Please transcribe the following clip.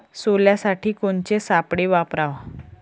सोल्यासाठी कोनचे सापळे वापराव?